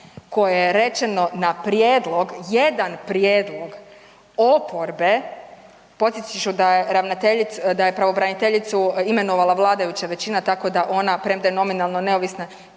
koje je rečeno na prijedlog, jedan prijedlog oporbe, podsjetit ću da je ravnateljicu, da je pravobraniteljicu imenovala vladajuća većina tako da ona premda je nominalno neovisna